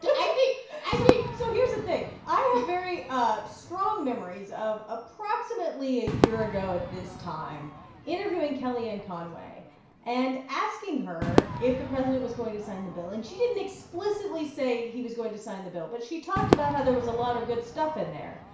i think. so here's the thing. i have very ah strong memories of approximately a year ago at this time interviewing kellyanne conway and asking her if the president was going to sign the bill. and she didn't explicitly say he was going to sign the bill, but she talked about how there was a lot of good stuff in there.